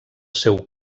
seu